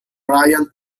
brian